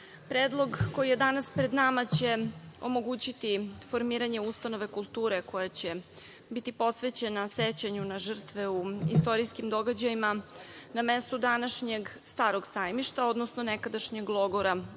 predlog koji je danas pred nama će omogućiti formiranje ustanove kulture koje će biti posvećena sećanju na žrtve u istorijskim događajima na mestu današnjeg „Starog Sajmišta“, odnosno nekadašnjeg logora u